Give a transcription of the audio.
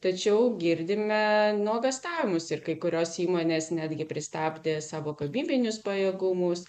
tačiau girdime nuogąstavimus ir kai kurios įmonės netgi pristabdė savo gamybinius pajėgumus